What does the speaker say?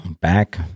back